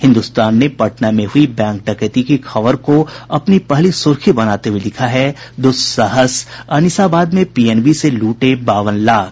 हिन्दुस्तान ने पटना में हुई बैंक डकैती की खबर को अपनी पहली सुर्खी बनाते हुये लिखा है दुस्साहसः अनिसाबाद में पीएनबी से लूटे बावन लाख